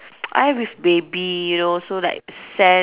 I am with baby you know so like stand